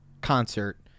Concert